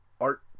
art